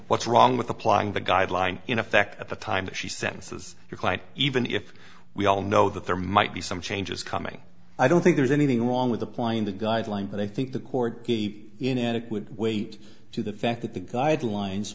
what's wrong with applying the guidelines in effect at the time that she sentences your client even if we all know that there might be some changes coming i don't think there's anything wrong with applying the guidelines but i think the court in adequate weight to the fact that the guidelines